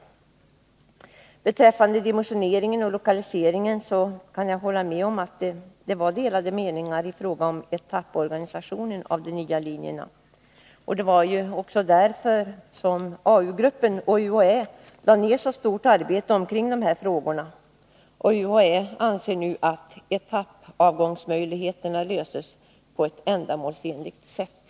Vad beträffar dimensioneringen och lokaliseringen kan jag hålla med om att det var delade meningar i fråga om etapporganisationen av de nya linjerna. Det var också därför som AU-gruppen och UHÄ lade ned så stort arbete kring dessa frågor. UHÄ anser nu att etappavgångsmöjligheterna löses på ett ändamålsenligt sätt.